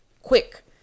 quick